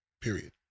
Period